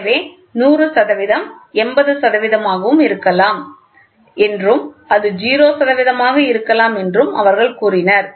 எனவே 100 சதவீதம் 80 சதவீதமாக இருக்கலாம் என்றும் அது 0 சதவீதமாக இருக்கலாம் என்றும் அவர்கள் கூறினர்